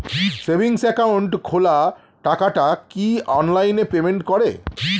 Savings account খোলা টাকাটা কি অনলাইনে পেমেন্ট করে?